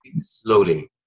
slowly